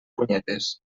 punyetes